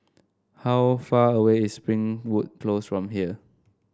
how far away is Springwood Close from here